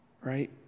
right